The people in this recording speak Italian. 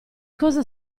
cosa